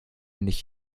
nicht